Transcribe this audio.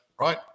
right